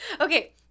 Okay